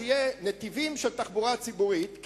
שיהיו נתיבים של תחבורה ציבורית,